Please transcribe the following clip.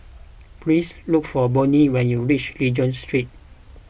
please look for Bonny when you reach Regent Street